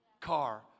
car